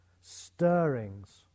stirrings